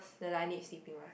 no lah I need to sleep it with